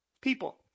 People